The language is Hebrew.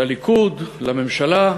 לליכוד, לממשלה,